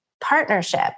partnership